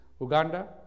Uganda